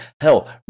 hell